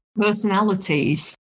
personalities